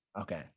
Okay